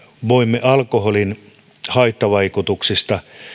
voimme alkoholin haittavaikutuksiin